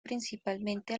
principalmente